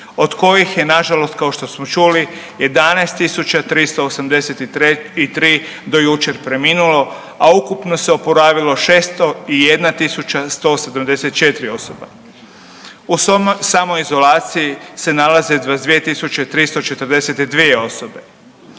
Od kojih je nažalost kao što smo čuli 11.383 do jučer preminulo, a ukupno se oporavilo 601.174 osoba. U samoizolaciji se nalaze 22.342 osobe.